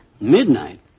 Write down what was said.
Midnight